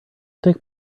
take